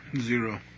zero